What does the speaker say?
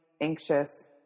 anxious